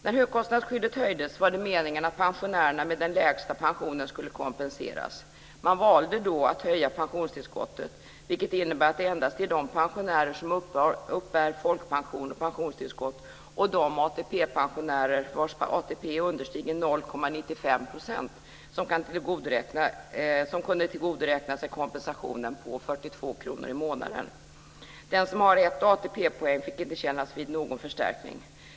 När högkostnadsskyddet höjdes var det meningen att pensionärerna med den lägsta pensionen skulle kompenseras. Man valde att höja pensionstillskottet, vilket innebär att det endast är de pensionärer som uppbär folkpension och pensionstillskott och de ATP pensionärer vars ATP understiger 0,95 % som kunde tillgodoräkna sig kompensationen på 42 kr i månaden. Den som har en ATP-poäng fick inte kännas vid någon förstärkning.